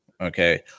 Okay